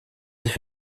sich